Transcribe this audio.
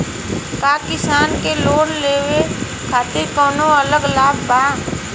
का किसान के लोन लेवे खातिर कौनो अलग लाभ बा?